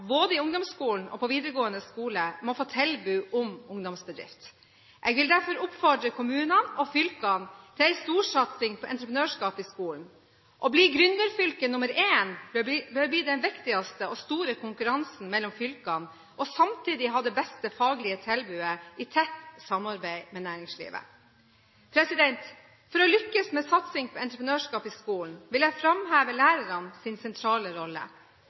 både i ungdomsskolen og på videregående skole, må få tilbud om ungdomsbedrift. Jeg vil derfor oppfordre kommunene og fylkene til en storsatsing på entreprenørskap i skolen. Å bli gründerfylke nr. 1 bør bli den viktigste og største konkurransen mellom fylkene, samtidig med å ha det beste faglige tilbudet, i tett samarbeid med næringslivet. For å lykkes med satsing på entreprenørskap i skolen vil jeg framheve lærernes sentrale rolle.